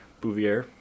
Bouvier